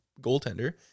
goaltender